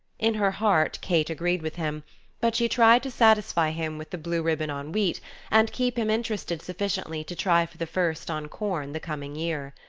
in her heart kate agreed with him but she tried to satisfy him with the blue ribbon on wheat and keep him interested sufficiently to try for the first on corn the coming year.